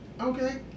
Okay